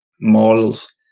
models